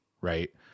right